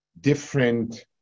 different